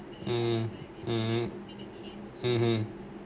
hmm mmhmm